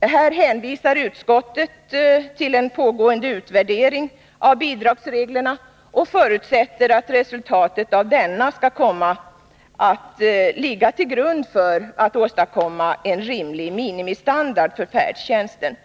Här hänvisar utskottet till en pågående utvärdering av bidragsreglerna och förutsätter att resultatet av denna kommer att ligga till grund när det gäller att åstadkomma en rimlig minimistandard för färdtjänsten.